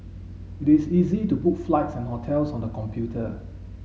it is easy to book flights and hotels on the computer